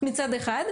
מצד אחד,